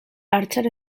archer